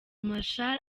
marchal